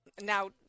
Now